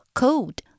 code